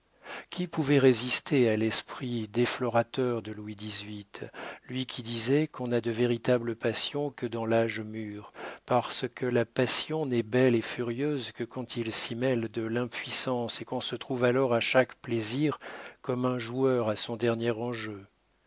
qui pouvait résister à l'esprit déflorateur de louis xviii lui qui disait qu'on n'a de véritables passions que dans l'âge mûr parce que la passion n'est belle et furieuse que quand il s'y mêle de l'impuissance et qu'on se trouve alors à chaque plaisir comme un joueur à son dernier enjeu